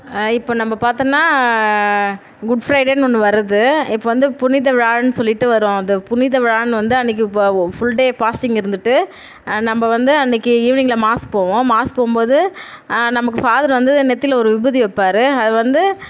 இப்போ நம்ம பாத்தோன்னா குட் ஃப்ரைடேன்னு ஒன்று வருது இப்போ வந்து புனித விழான்னு சொல்லிட்டு வரும் அந்த புனித விழான்னு வந்து அன்னைக்கு ஃபுல் டே பாஸ்டிங் இருந்துட்டு நம்ம வந்து அன்னைக்கு ஈவினிங்கில் மாஸ் போவோம் மாஸ் போகும்போது நமக்கு ஃபாதர் வந்து நெத்தியில் ஒரு விபூதி வைப்பாரு அது வந்து